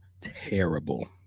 terrible